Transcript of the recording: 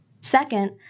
Second